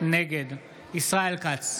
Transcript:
נגד ישראל כץ,